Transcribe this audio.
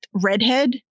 redhead